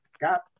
got